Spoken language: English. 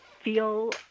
feel